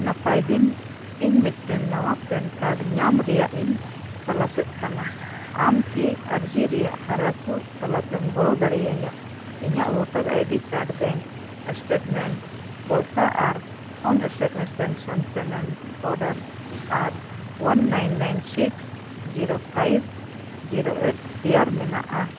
ᱱᱟᱯᱟᱭ ᱫᱤᱱ ᱤᱧ ᱢᱤᱫᱴᱮᱱ ᱱᱟᱣᱟ ᱯᱮᱱ ᱠᱟᱨᱰ ᱧᱟᱢ ᱨᱮᱭᱟᱜ ᱤᱧ ᱛᱚᱞᱟᱥᱮᱫ ᱠᱟᱱᱟ ᱟᱢ ᱠᱤ ᱟᱨᱡᱤ ᱨᱮᱭᱟᱜ ᱦᱟᱨᱟ ᱠᱚ ᱛᱟᱞᱟ ᱛᱮᱢ ᱜᱚᱲᱚ ᱫᱟᱲᱮᱭᱤᱧᱟ ᱤᱧᱟᱹᱜ ᱵᱷᱳᱴᱟᱨ ᱟᱭᱰᱤ ᱠᱟᱨᱰ ᱵᱮᱝᱠ ᱯᱚᱲᱛᱟ ᱟᱨ ᱦᱚᱱ ᱥᱴᱮᱹᱴᱢᱮᱱᱴ ᱯᱮᱱᱥᱚᱱ ᱯᱮᱹᱢᱮᱹᱱᱴ ᱚᱰᱟᱨ ᱟᱨ one nine nine six zero five zero eight ᱛᱮᱭᱟᱨ ᱢᱮᱱᱟᱜᱼᱟ